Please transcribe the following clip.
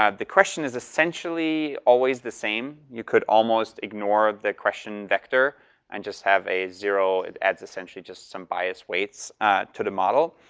ah the question is essentially always the same, you could almost ignore the question vector and just have a zero, it adds essentially just some bias weights to the model.